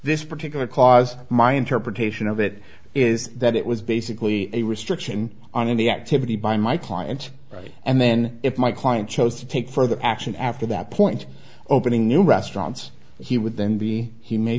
this particular clause my interpretation of it is that it was basically a restriction on any activity by my client and then if my client chose to take further action after that point opening new restaurants he would then be he may